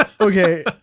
Okay